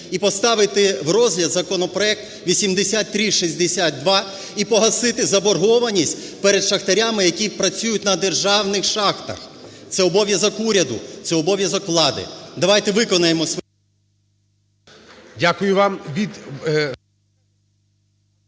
і поставити в розгляд законопроект 8362, і погасити заборгованість перед шахтарями, які працюють на державних шахтах. Це – обов'язок уряду. Це – обов'язок влади. Давайте виконаємо…